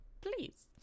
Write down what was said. Please